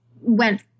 went